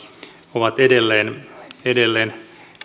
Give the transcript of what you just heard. ovat edelleen edelleen